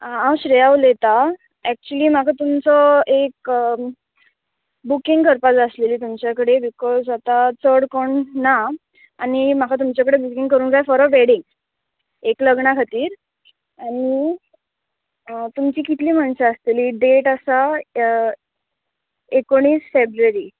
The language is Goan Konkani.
आं हांव श्रेया उलयतां एक्चुली म्हाका तुमचो एक बुकींग करपा जाय आसलेली तुमचे कडेन बिकॉज आतां चड कोण ना आनी म्हाका तुमचे कडेन बुकींग करूंक जाय फोर अ वेडींग एक लग्णा खातीर आनी तुमची कितली मनशां आसतली डेट आसा एकोणीस फेब्रुवारी